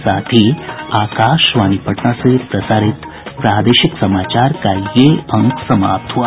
इसके साथ ही आकाशवाणी पटना से प्रसारित प्रादेशिक समाचार का ये अंक समाप्त हुआ